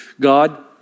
God